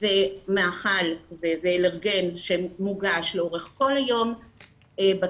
וזה מאכל שהוא אלרגן שמוגש לאורך כל היום בכיתה,